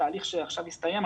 תהליך שעכשיו הסתיים,